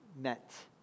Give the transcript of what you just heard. met